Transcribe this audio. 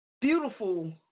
beautiful